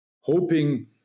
hoping